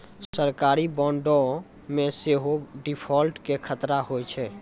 सरकारी बांडो मे सेहो डिफ़ॉल्ट के खतरा होय छै